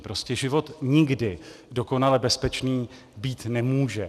Prostě život nikdy dokonale bezpečný být nemůže.